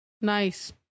Nice